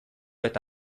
eta